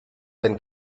sein